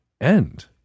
End